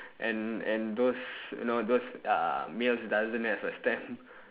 and and those you know those uh mails doesn't have a stamp